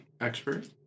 Expert